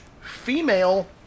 Female